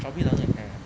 Shopee doesn't require ah